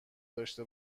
داشته